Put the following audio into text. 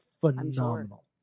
phenomenal